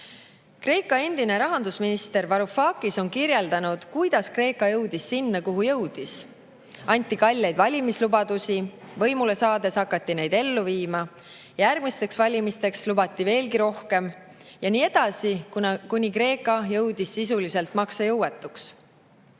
Kreeka endine rahandusminister Varoufakis on kirjeldanud, kuidas Kreeka jõudis sinna, kuhu jõudis. Anti kalleid valimislubadusi, võimule saades hakati neid ellu viima, järgmiste valimiste eel lubati veelgi rohkem, ja nii edasi, kuni Kreeka muutus sisuliselt maksejõuetuks.